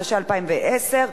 התשע"א 2010,